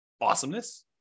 Awesomeness